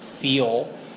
feel